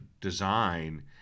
design